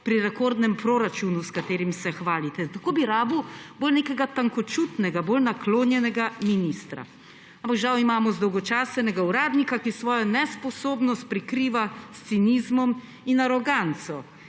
pri rekordnem proračunu, s katerim se hvalite. Tako bi rabil bolj nekega tankočutnega, bolj naklonjenega ministra. Ampak žal imamo zdolgočasenega uradnika, ki svojo nesposobnost prikriva s cinizmom in aroganco,